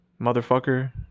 motherfucker